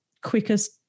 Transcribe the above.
quickest